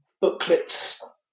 booklets